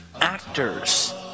actors